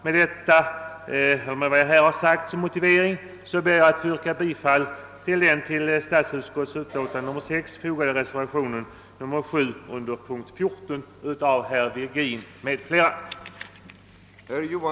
Med denna motivering ber jag att få yrka bifall till den vid denna punkt fogade reservationen 7 av herr Virgin m.fl.